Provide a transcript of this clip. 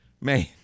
Man